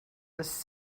was